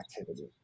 activity